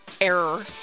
error